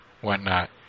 whatnot